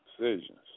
decisions